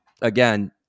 again